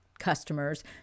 customers